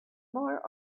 more